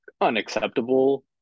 unacceptable